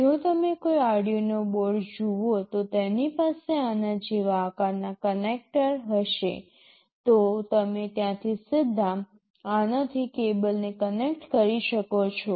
જો તમે કોઈ Arduino બોર્ડ જુઓ તો તેની પાસે આના જેવા આકારના કનેક્ટર હશે તો તમે ત્યાંથી સીધા આનાથી કેબલને કનેક્ટ કરી શકો છો